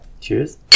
Cheers